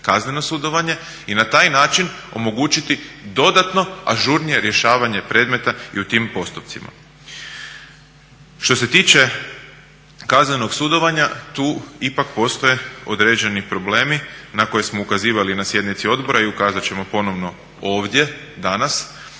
kazneno sudovanje i na taj način omogućiti dodatno ažurnije rješavanje predmeta i u tim postupcima. Što se tiče kaznenog sudovanja tu ipak postoje određeni problemi na koje smo ukazivali na sjednici odbora i ukazat ćemo ponovno ovdje danas,